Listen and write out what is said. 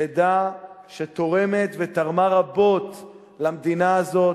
של עדה שתורמת ותרמה רבות למדינה הזאת,